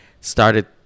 started